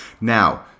Now